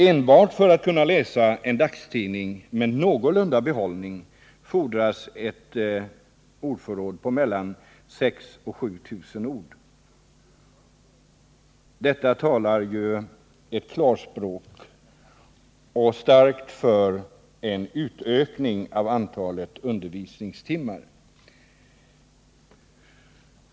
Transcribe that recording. Enbart för att kunna läsa en dagstidning med någorlunda behållning fordras ett ordförråd på mellan 6 000 och 7 000 ord. Detta talar starkt för en utökning av antalet undervisningstimmar.